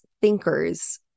thinkers